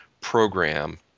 program